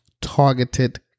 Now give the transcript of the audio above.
targeted